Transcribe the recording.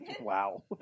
Wow